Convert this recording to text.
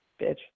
bitch